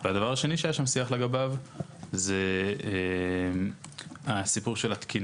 והדבר השני שהיה שם שיח לגביו זה הסיפור של התקינה.